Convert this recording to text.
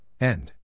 End